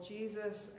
Jesus